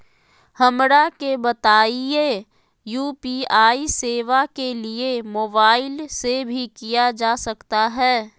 हमरा के बताइए यू.पी.आई सेवा के लिए मोबाइल से भी किया जा सकता है?